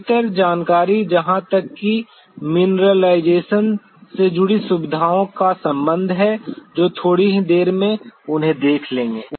बेहतर जानकारी जहाँ तक मिनरलाइज़ेशन से जुड़ी सुविधाओं का संबंध है जो थोड़ी ही देर में उन्हें देख लेंगे